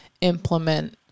implement